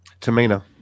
Tamina